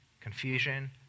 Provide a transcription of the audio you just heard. confusion